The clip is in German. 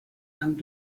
lang